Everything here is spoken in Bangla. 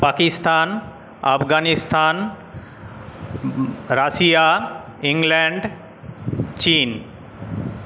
পাকিস্তান আফগানিস্তান রাশিয়া ইংল্যান্ড চীন